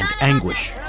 anguish